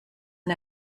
and